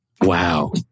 Wow